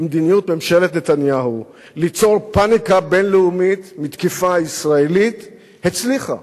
כי מדיניות ממשלת נתניהו ליצור פניקה בין-לאומית מתקיפה ישראלית הצליחה.